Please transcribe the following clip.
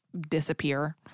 disappear